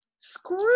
Screw